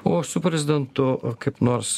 o su prezidentu kaip nors